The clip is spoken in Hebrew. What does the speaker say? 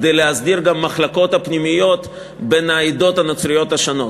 כדי להסדיר גם את המחלוקות הפנימיות בין העדות הנוצריות השונות.